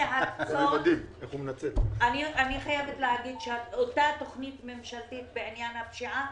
אני חייבת להגיד שאותה תוכנית ממשלתית בעניין הפשיעה